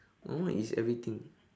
my one is everything